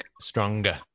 stronger